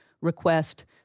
request